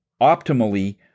optimally